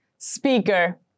speaker